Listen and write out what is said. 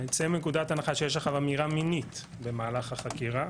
נצא מנקודת הנחה שיש עבירה מינית במהלך החקירה